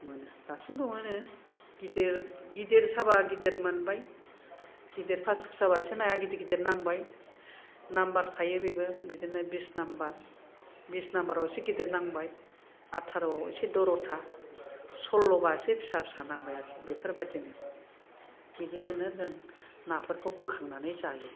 मोनो दासिमबो मोनो गिदिर साबा गिदिर मोनबाय गिदिर फासिखौ साबा नाया एसे गिदिर गिदिर नांबाय नाम्बार थायो बेबो बिदिनो बिस नाम्बार बिस नाम्बारआव एसे गिदिर नांबाय आतर'आव एसे दर'था सल्ल' बा एसे फिसा फिसा नांबाय आरखि बेफोरबादिनो बिदिजोंनो जों नाफोरखौ बोखांनानै जायो